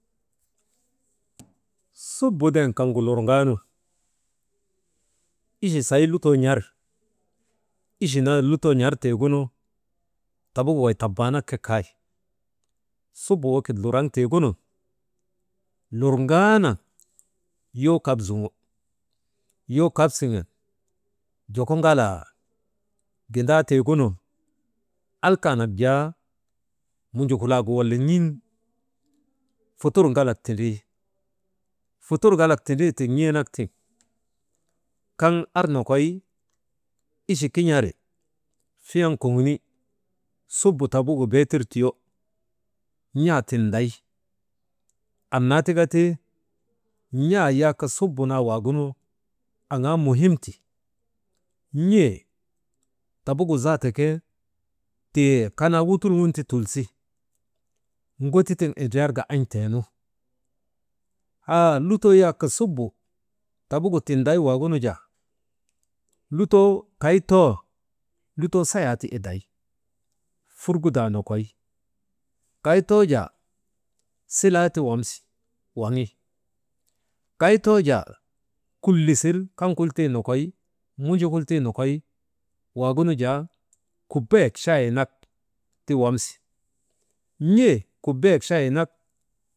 Subaden kaŋgu lurŋgaanu ichi sey lutoo n̰ar, iche n̰aalurtoo n̰artiiguni tabuk waak tabaanak kay subu wekit luraŋ tiigunun lurŋaanaŋ yoo kap zuŋo, yoo kap siŋen joko ŋalaa gindaa tiigunun alkanak jaa mujukulaagu wala n̰iŋ futur galak tindrii fiyan koŋoni suba tabugu beetir tiyoonaa tiday annaa tika ti n̰aa yak subu naa waagunu aŋaa muhimti n̰ey tabugu zaata ke tii kanaa wutulŋun ti tulsi ŋoti tiŋ indriyarka an̰teenu haa lutoo yak subu tabugu tinday waagunu jaa lutoo kay too, lutoo sayaa ti iday furgudaa nokoy, kay too jaa silaa ti wamsi waŋi kay too jaa kulisir kaŋkultuu nokoy munjukultuu nokoy waagunu jaa kubaayek chayee nak ti wamsi, n̰e kubaayek.